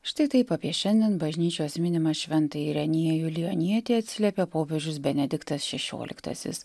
štai taip apie šiandien bažnyčios minimą šventąjį ireniejų ilionietį atsiliepia popiežius benediktas šešioliktasis